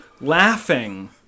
laughing